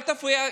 אל תפריע.